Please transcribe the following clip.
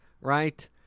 right